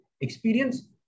Experience